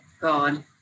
God